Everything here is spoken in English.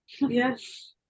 Yes